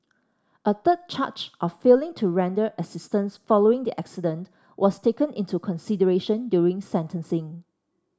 a third charge of failing to render assistance following the accident was taken into consideration during sentencing